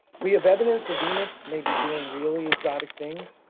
we have evidence that venus may be doing really exotic things,